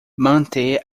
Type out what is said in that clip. manter